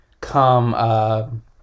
come